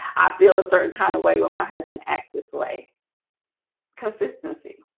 i feel a certain kind of way when my husband accessway consistency